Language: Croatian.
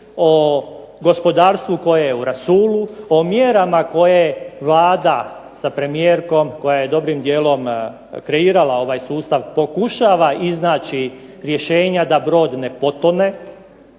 o gospodarstvu koje je u rasulu, o mjerama koje Vlada sa premijerkom koja je dobrim dijelom kreirala ovaj sustav, pokušava iznaći rješenja da brod ne potone,